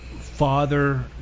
father